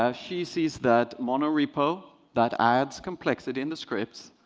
ah she sees that monorepo, that adds complexity in the scripts,